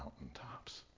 mountaintops